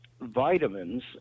vitamins